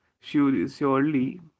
surely